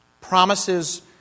Promises